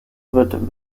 wird